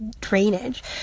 drainage